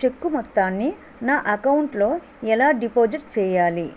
చెక్కు మొత్తాన్ని నా అకౌంట్ లోఎలా డిపాజిట్ చేయాలి?